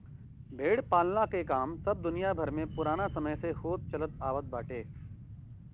भेड़ पालला के काम सब दुनिया भर में पुराना समय से होत चलत आवत बाटे